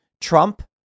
Trump